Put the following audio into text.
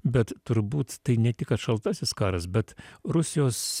bet turbūt tai ne tik kad šaltasis karas bet rusijos